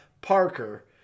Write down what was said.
Parker